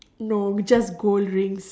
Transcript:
no we just gold rings